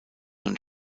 und